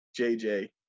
JJ